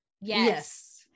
Yes